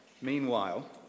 Meanwhile